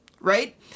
right